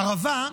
ערבה,